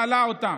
מעלה אותם.